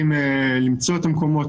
מצליחים למצוא את המקומות,